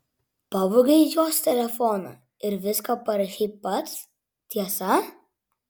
pavogei jos telefoną ir viską parašei pats tiesa